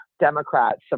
Democrats